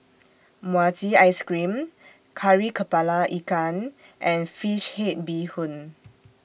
Mochi Ice Cream Kari Kepala Ikan and Fish Head Bee Hoon